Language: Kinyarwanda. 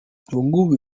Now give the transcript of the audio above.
ubungubu